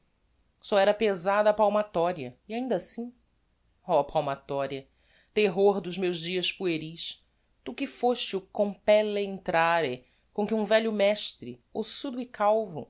só era pesada a palmatoria e ainda assim ó palmatoria terror dos meus dias pueris tu que foste o compelle intrare com que um velho mestre ossudo e